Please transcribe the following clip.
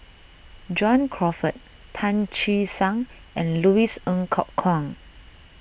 John Crawfurd Tan Che Sang and Louis Ng Kok Kwang